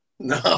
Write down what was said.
No